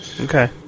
Okay